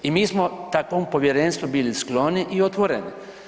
I mi smo takvom povjerenstvu bili skloni i otvoreni.